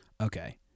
Okay